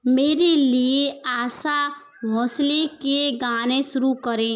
मेरे लिए आशा भोंसले के गाने शुरू करें